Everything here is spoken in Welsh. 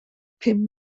pum